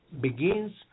begins